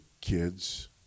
kids